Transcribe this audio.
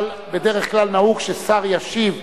אבל בדרך כלל נהוג ששר ישיב.